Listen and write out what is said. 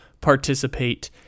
participate